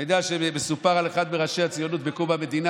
אתה יודע שמסופר על אחד מראשי הציונות בקום המדינה